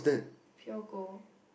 pure gold